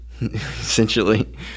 essentially